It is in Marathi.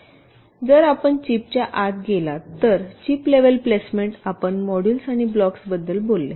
बरं जर आपण चिपच्या आत गेलात तर चिप लेव्हल प्लेसमेंट आपण मॉड्यूल्स आणि ब्लॉक्सबद्दल बोलले